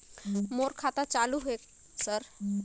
मोर खाता चालु हे सर?